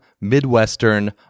Midwestern